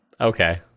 Okay